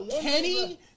Kenny